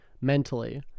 Mentally